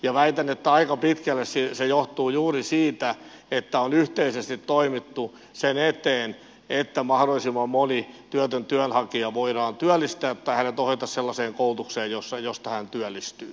väitän että aika pitkälle se johtuu juuri siitä että on yhteisesti toimittu sen eteen että mahdollisimman moni työtön työnhakija voidaan työllistää tai ohjata hänet sellaiseen koulutukseen josta hän työllistyy